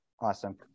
Awesome